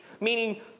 Meaning